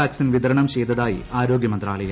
vaccine വിതരണം ചെയ്തതായി ആരോഗൃമന്ത്രാലയം